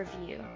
review